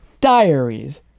Diaries